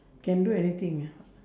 can do anything ah